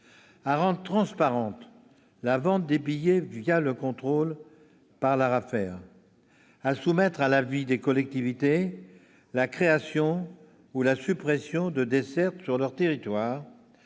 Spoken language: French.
à rendre transparente la vente des billets le contrôle de l'ARAFER, à soumettre à l'avis des collectivités la création ou la suppression de dessertes sur leur territoire,